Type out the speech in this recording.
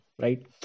right